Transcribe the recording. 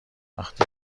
وقتی